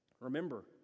remember